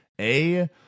A-